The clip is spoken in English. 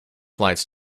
flights